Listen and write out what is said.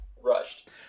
rushed